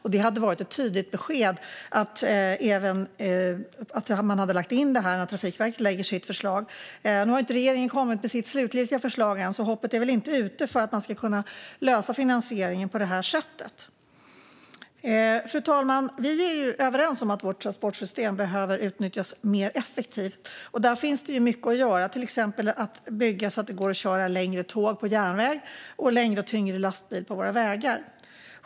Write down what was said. Det hade varit ett tydligt besked om detta hade lagts in när Trafikverket lade fram sitt förslag. Nu har ju inte regeringen kommit med sitt slutgiltiga förslag än, så hoppet är väl inte ute om att man ska kunna lösa finansieringen på det här sättet. Fru talman! Vi är överens om att vårt transportsystem behöver utnyttjas mer effektivt. Där finns det mycket att göra, till exempel att bygga så att det går att köra längre tåg på järnväg och längre och tyngre lastbilar på våra vägar.